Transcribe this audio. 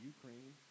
Ukraine